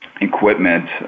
equipment